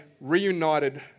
reunited